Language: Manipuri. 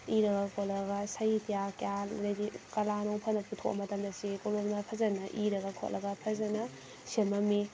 ꯏꯔꯒ ꯈꯣꯠꯂꯒ ꯁꯍꯤꯇ꯭ꯌ ꯀꯌꯥ ꯑꯗꯨꯗꯒꯤ ꯀꯂꯥ ꯅꯨꯡ ꯐꯖꯅ ꯄꯨꯊꯣꯛꯑ ꯃꯇꯝꯗ ꯆꯦ ꯀꯣꯂꯣꯝꯅ ꯐꯖꯅ ꯏꯔꯒ ꯈꯣꯠꯂꯒ ꯐꯖꯅ ꯁꯦꯝꯃꯝꯃꯤ